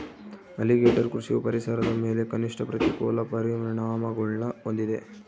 alligator ಕೃಷಿಯು ಪರಿಸರದ ಮೇಲೆ ಕನಿಷ್ಠ ಪ್ರತಿಕೂಲ ಪರಿಣಾಮಗುಳ್ನ ಹೊಂದಿದೆ